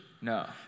No